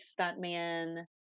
stuntman